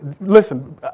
listen